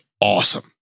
awesome